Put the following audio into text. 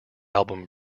album